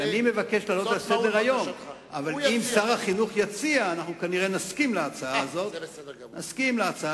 זאת תהיה שגיאה שאחרי זה ניתן לתקן אותה לקראת